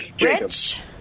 Rich